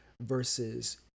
versus